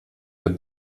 der